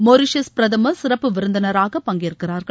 Mauritius பிரதமர் சிறப்பு விருந்தினராக பங்கேற்கிறார்கள்